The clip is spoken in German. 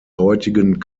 heutigen